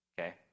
Okay